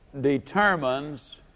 determines